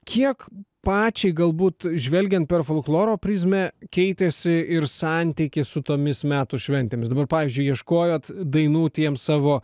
kiek pačiai galbūt žvelgiant per folkloro prizmę keitėsi ir santykis su tomis metų šventėmis dabar pavyzdžiui ieškojot dainų tiem savo